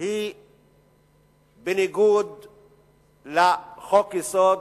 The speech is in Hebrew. היא בניגוד לחוק-יסוד: